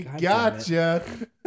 Gotcha